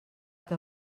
que